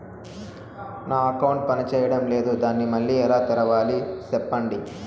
నా అకౌంట్ పనిచేయడం లేదు, దాన్ని మళ్ళీ ఎలా తెరవాలి? సెప్పండి